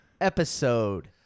Episode